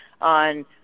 on